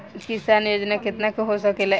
किसान योजना कितना के हो सकेला?